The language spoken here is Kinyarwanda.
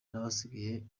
n’abasigaye